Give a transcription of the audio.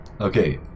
Okay